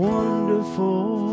Wonderful